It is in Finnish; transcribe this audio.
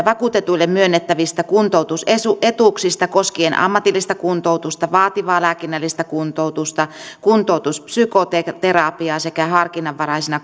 vakuutetuille myönnettävistä kuntoutusetuuksista koskien ammatillista kuntoutusta vaativaa lääkinnällistä kuntoutusta kuntoutuspsykoterapiaa sekä harkinnanvaraisena